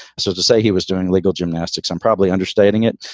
so to say he was doing legal gymnastics, i'm probably understating it.